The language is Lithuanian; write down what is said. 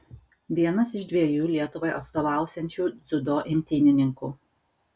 vienas iš dviejų lietuvai atstovausiančių dziudo imtynininkų